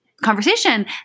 conversation